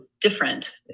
different